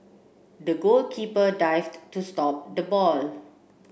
the goalkeeper dived to stop the ball